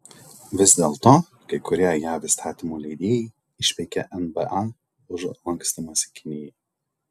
vis dėlto kai kurie jav įstatymų leidėjai išpeikė nba už lankstymąsi kinijai